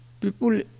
people